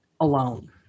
alone